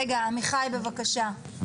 עמיחי, בבקשה.